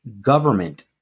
government